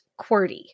QWERTY